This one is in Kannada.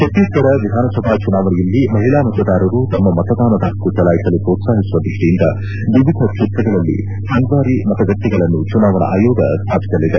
ಛತ್ತೀಸ್ಗಢ ವಿಧಾನಸಭಾ ಚುನಾವಣೆಯಲ್ಲಿ ಮಹಿಳಾ ಮತದಾರರು ತಮ್ನ ಮತದಾನದ ಪಕ್ಕು ಚಲಾಯಿಸಲು ಪೋತ್ಲಾಹಿಸುವ ದೃಷ್ಟಿಯಿಂದ ವಿವಿಧ ಕ್ಷೇತ್ರಗಳಲ್ಲಿ ಸಂಗ್ವಾರಿ ಮತಗಟ್ಟೆಗಳನ್ನು ಚುನಾವಣಾ ಆಯೋಗ ಸ್ಥಾಪಿಸಲಿದೆ